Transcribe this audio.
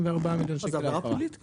זה גם עבירה פלילית.